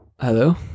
Hello